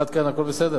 עד כאן הכול בסדר.